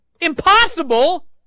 Impossible